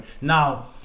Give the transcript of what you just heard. Now